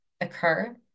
occur